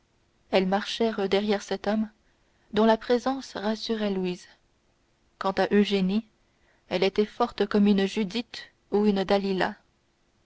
elles marchèrent derrière cet homme dont la présence rassurait louise quant à eugénie elle était forte comme une judith ou une dalila